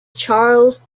charles